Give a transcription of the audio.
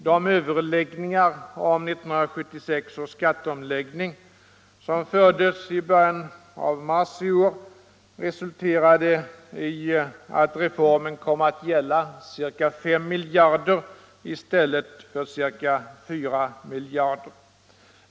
De överläggningar om 1976 års skatteomläggning som fördes i början av mars i år resulterade i att reformen kom att gälla ca 5 miljarder i stället för ca 4 miljarder.